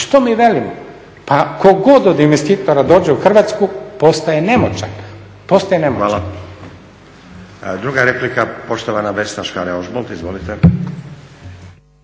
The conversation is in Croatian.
što mi velimo? Pa tko god od investitora dođe u Hrvatsku postaje nemoćan.